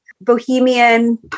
bohemian